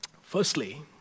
Firstly